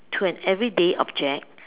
to an everyday object